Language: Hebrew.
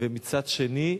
ומצד שני,